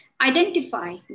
identify